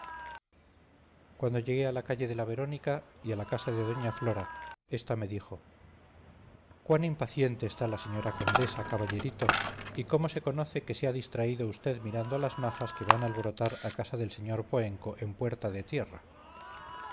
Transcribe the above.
cuando llegué a la calle de la verónica y a la casa de doña flora esta me dijo cuán impaciente está la señora condesa caballerito y cómo se conoce que se ha distraído usted mirando a las majas que van a alborotar a casa del señor poenco en puerta de tierra